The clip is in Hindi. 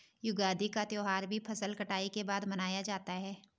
युगादि का त्यौहार भी फसल कटाई के बाद मनाया जाता है